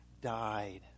died